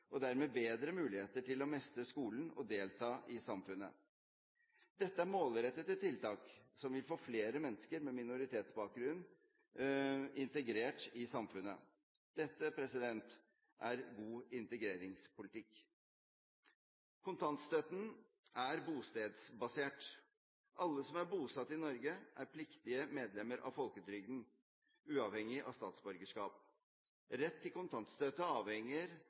og dermed bedre muligheter for å mestre skolen og delta i samfunnet. Dette er målrettede tiltak som vil få flere mennesker med minoritetsbakgrunn integrert i samfunnet. Dette er god integreringspolitikk. Kontantstøtten er bostedsbasert. Alle som er bosatt i Norge, er pliktige medlemmer av folketrygden, uavhengig av statsborgerskap. Rett til kontantstøtte avhenger